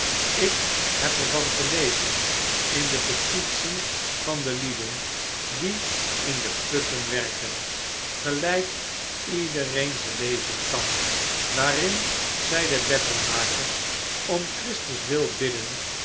ik heb er van gelezen in de petitie van de lieden die in de putten werken gehjk iedereen ze lezen kan waarin zij de wettenmakers om christus wil bidden